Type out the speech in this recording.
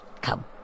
Come